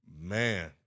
Man